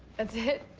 that's it?